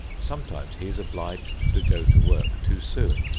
sometimes he is obliged to go to work too soon,